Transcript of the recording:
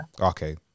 Okay